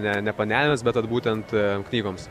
ne ne panelėms bet vat būtent knygoms